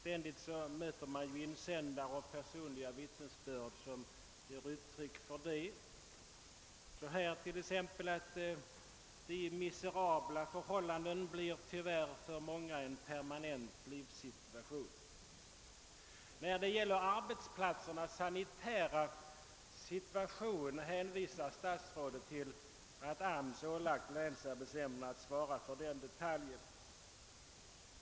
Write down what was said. Man möter i insändare och på annat sätt personliga vittnesbörd som ger uttryck för detta. >De miserabla förhållandena blir tyvärr för många en permanent livssituation.» När det gäller arbetsplatsernas sanitära förhållanden hänvisar statsrådet till att AMS ålagt länsarbetsnämnderna att svara för den detaljen.